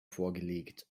vorgelegt